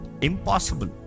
Impossible